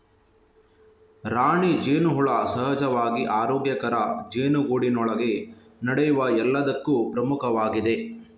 ರಾಣಿ ಜೇನುಹುಳ ಸಹಜವಾಗಿ ಆರೋಗ್ಯಕರ ಜೇನುಗೂಡಿನೊಳಗೆ ನಡೆಯುವ ಎಲ್ಲದಕ್ಕೂ ಪ್ರಮುಖವಾಗಿದೆ